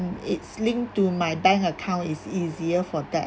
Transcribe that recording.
it's linked to my bank account it's easier for that